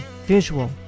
visual